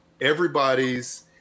everybody's